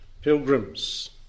pilgrims